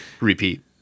Repeat